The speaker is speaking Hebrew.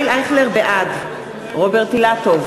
בעד רוברט אילטוב,